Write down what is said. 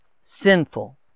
sinful